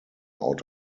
out